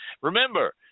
Remember